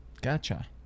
Gotcha